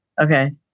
Okay